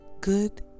Good